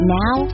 now